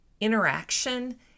interaction